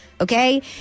Okay